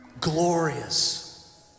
glorious